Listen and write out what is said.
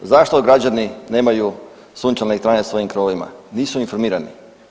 Zašto građani nemaju sunčane elektrane na svojim krovovima, nisu informirani.